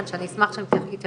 יכול להיות שעכשיו היא תשתהה